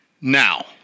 Now